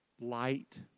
light